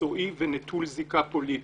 מקצועי ונטול זיקה פוליטית,